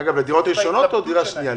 דירות ראשונות או דירה שנייה,